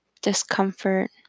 discomfort